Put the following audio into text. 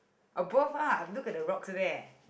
above ah look at the rocks there